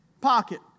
pocket